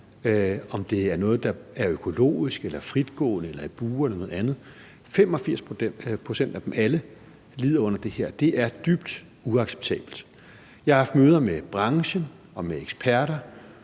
om de er økologiske eller fritgående eller i bure eller noget andet – lider under det her. Det er dybt uacceptabelt. Jeg har haft møder med branchen og med eksperter,